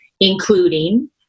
including